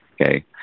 okay